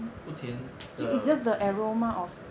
不甜的